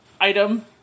item